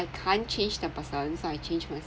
I can't change the person so I change myself